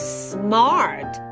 smart